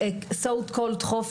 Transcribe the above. so called?